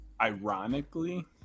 Ironically